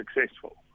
successful